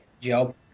job